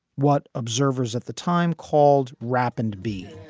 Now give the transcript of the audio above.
what observers at the time called rap and b?